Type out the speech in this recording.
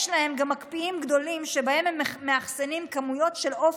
יש להם גם מקפיאים גדולים שבהם הם מאחסנים כמויות של עוף,